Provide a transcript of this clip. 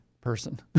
person